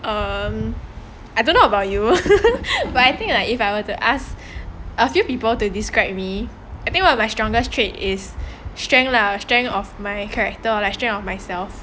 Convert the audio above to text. um I don't know about you but I think like if I were to ask a few people to describe me I think one of my strongest trait is strength lah strength of my character or strength of myself